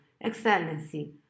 excellency